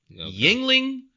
Yingling